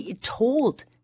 told